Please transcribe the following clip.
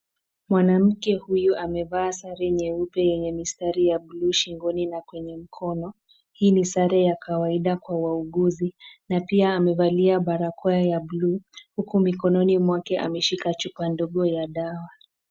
Mwanamke huyu amevaa sare nyeupe yenye mistari ya buluu shingoni na kwenye mikono hii ni sare ya kawaida kwa wauguzi na pia amevalia barakoa ya buluu huku mikononi mwake ameshika chupa ndogo ya dawa.